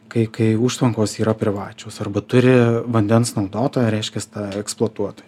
kai kai užtvankos yra privačios arba turi vandens naudotoją reiškias eksploatuotoją